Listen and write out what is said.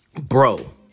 Bro